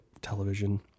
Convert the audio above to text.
television